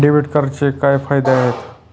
Debit कार्डचे काय फायदे आहेत?